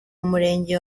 umurenge